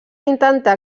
intentar